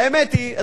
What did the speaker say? האמת היא,